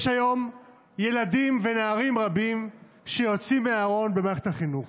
יש היום ילדים ונערים רבים שיוצאים מהארון במערכת החינוך.